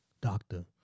Doctor